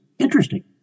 interesting